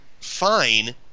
fine